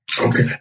Okay